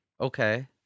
Okay